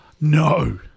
No